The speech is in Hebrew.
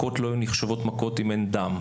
מכות לא היו נחשבות מכות אם אין דם.